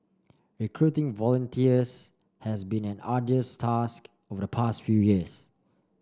recruiting volunteers has been an arduous task over the past few years